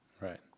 Right